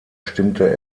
stimmte